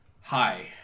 Hi